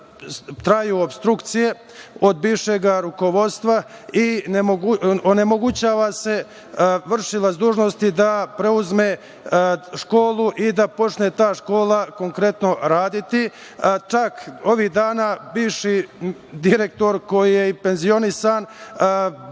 traju opstrukcije od bivšeg rukovodstva i onemogućava se vršilac dužnosti da preuzme školu i da počne ta škola konkretno raditi. Čak ovih dana bivši direktor, koji je i penzionisan,